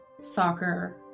soccer